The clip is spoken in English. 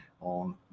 on